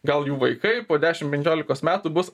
gal jų vaikai po dešim penkiolikos metų bus